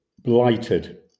blighted